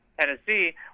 Tennessee